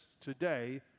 today